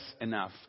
enough